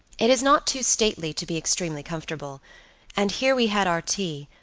it is not too stately to be extremely comfortable and here we had our tea,